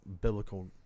biblical